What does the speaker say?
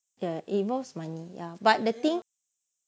ya involves money ya but the thing